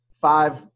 five